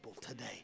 today